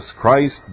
Christ